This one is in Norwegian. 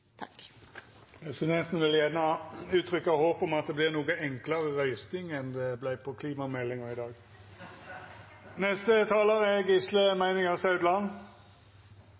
vil gjerne uttrykka håp om at det vert noko enklare røysting enn det vart i samband med klimameldinga i dag. Norge er